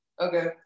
Okay